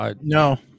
No